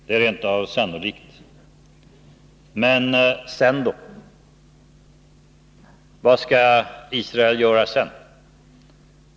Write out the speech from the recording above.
Det är rent av sannolikt. Men sedan då? Vad skall Israel göra sedan?